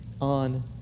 on